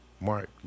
Mark